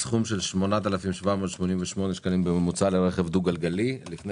מסכום של 8,788 שקלים בממוצע לרכב דו גלגלי לפני